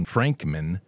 Frankman